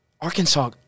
Arkansas